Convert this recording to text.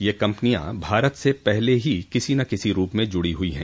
ये कम्पनियां भारत से पहले ही किर्सी न किसी रूप में जुड़ी हुई हैं